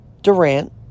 Durant